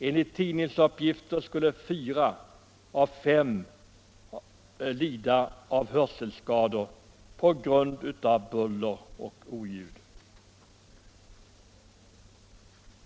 Enligt tidningsbesked skulle fyra av fem bland dessa lida av hörselskador på grund av buller och oljud.